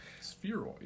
spheroid